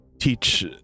teach